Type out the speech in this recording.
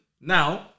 now